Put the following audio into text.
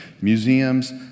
museums